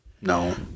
No